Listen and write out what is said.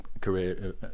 career